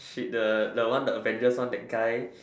shit the the one the Avengers one that guy